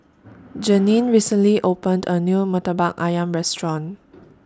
Jeannine recently opened A New Murtabak Ayam Restaurant